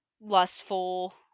lustful